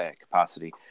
capacity